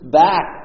back